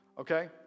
okay